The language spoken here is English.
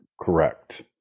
Correct